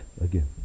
again